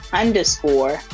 underscore